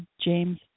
James